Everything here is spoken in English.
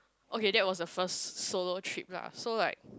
okay that was the first solo trip lah so like